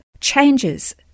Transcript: changes